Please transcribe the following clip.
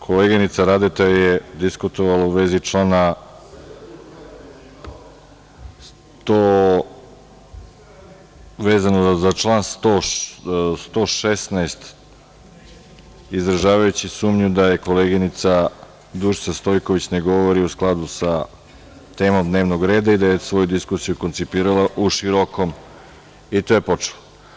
Koleginica Radeta je diskutovala u vezi člana 116, izražavajući sumnju da koleginica Dušica Stojković ne govori u skladu sa temom dnevnog reda i da je svoju diskusiju koncipirala u širokom, i to je počelo.